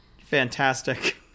Fantastic